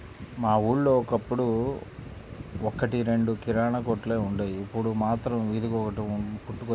మా ఊళ్ళో ఒకప్పుడు ఒక్కటి రెండు కిరాణా కొట్లే వుండేవి, ఇప్పుడు మాత్రం వీధికొకటి పుట్టుకొచ్చాయి